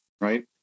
Right